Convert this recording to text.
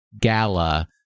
gala